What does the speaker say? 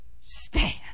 stand